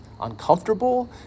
uncomfortable